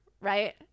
Right